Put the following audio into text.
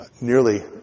Nearly